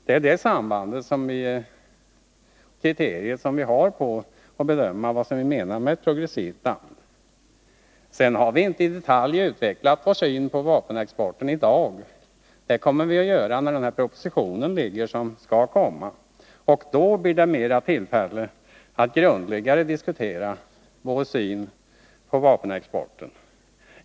Det är det kriterium som vi har när det gäller att bedöma vad vi menar med ett progressivt land. Vi har inte i detalj utvecklat vår syn på vapenexporten i dag. Det kommer vi att göra när den kommande propositionen som skall komma föreligger. Då blir det också tillfälle att grundligare diskutera vår syn på vapenexporten.